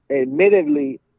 admittedly